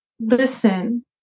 Listen